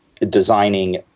designing